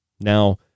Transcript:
Now